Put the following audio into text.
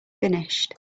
finished